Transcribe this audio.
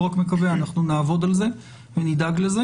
אני לא רק מקווה, אנחנו נעבוד על זה, נדאג לזה